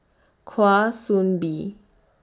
Kwa Soon Bee